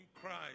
Christ